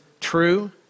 true